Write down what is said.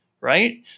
right